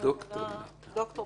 דוקטור מיטל,